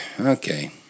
Okay